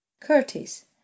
Curtis